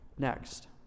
Next